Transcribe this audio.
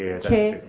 yeah chair